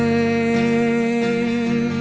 a